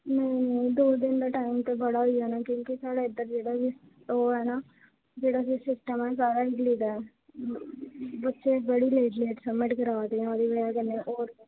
नेईं नेईं दो दिन दा टाइम ते बड़ा होई जाना क्योंकि साढ़ै इद्धर जेह्ड़ा ओह् ऐ ना जेह्ड़ा बी सिस्टम ऐ सारा इंक्लूड ऐ बच्चे बड़ी लेट लेट सबमिट करा दे ओह्दी वजह कन्नै होर